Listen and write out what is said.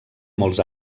molts